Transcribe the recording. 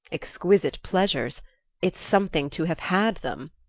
exquisite pleasures it's something to have had them!